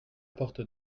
porte